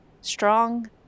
strong